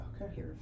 Okay